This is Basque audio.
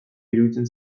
iruditzen